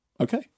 Okay